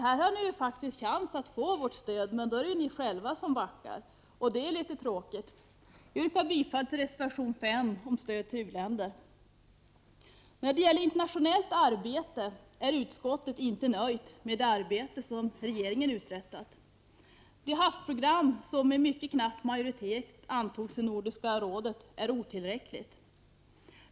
Här hade ni faktiskt chans att få vårt stöd, men då är det ni själva som backar, och det är litet tråkigt. Jag yrkar bifall till reservation 5 om stöd till u-länder. När det gäller internationellt arbete är utskottet inte nöjt med det arbete som regeringen utfört. Det havsprogram som med mycket knapp majoritet antogs av Nordiska rådet är otillräckligt.